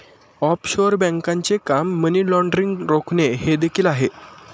offshore बँकांचे काम money laundering रोखणे हे देखील आहे